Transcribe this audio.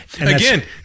again